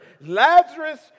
Lazarus